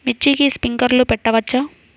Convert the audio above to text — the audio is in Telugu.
మిర్చికి స్ప్రింక్లర్లు పెట్టవచ్చా?